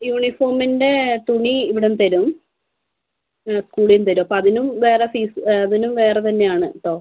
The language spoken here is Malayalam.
യൂണിഫോമിൻ്റെ തുണി ഇവിടുന്ന് തരും സ്കൂളിൽ നിന്ന് തരും അപ്പോൾ അതിനും വേറെ ഫീസ് അതിനും വേറെ തന്നെയാണ് കേട്ടോ